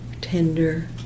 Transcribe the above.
tender